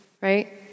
right